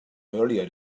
earlier